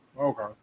Okay